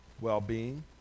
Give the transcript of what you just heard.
well-being